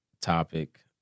topic